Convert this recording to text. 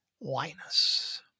Linus